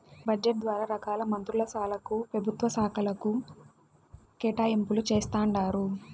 budget ద్వారా రకాల మంత్రుల శాలకు, పెభుత్వ శాకలకు కేటాయింపులు జేస్తండారు